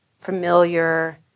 familiar